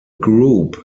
group